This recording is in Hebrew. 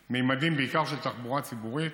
בעיקר בממדים של תחבורה ציבורית.